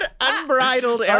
unbridled